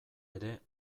ere